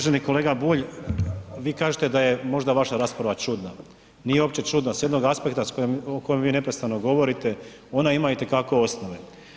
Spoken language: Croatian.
Uvaženi kolega Bulj, vi kažete da je možda vaša rasprava čudna, nije uopće čudna, s jednog aspekta o kojem vi neprestano govorite ona ima itekako osnove.